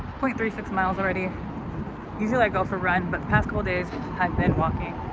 point three six miles already usually i go for run but past couple days i've been walking